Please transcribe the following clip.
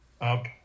up